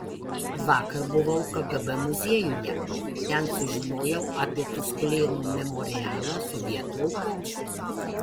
vakar buvau kgb muziejuje ten sužinojau apie tuskulėnų memorialą sovietų aukoms